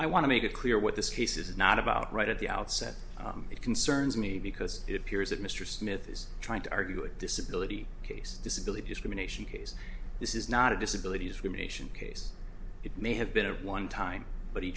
i want to make it clear what this case is not about right at the outset it concerns me because it appears that mr smith is trying to argue a disability case disability discrimination case this is not a disability discrimination case it may have been a one time but he